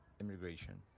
immigration